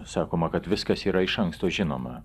sakoma kad viskas yra iš anksto žinoma